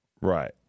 Right